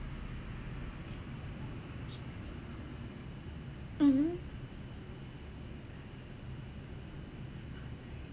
mmhmm